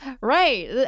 Right